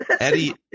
Eddie